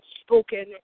spoken